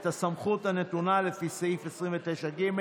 את הסמכות הנתונה לפי סעיף 29(ג)